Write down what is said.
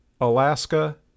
Alaska